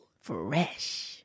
Fresh